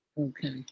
okay